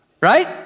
right